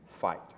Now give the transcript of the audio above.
fight